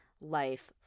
life